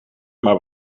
maar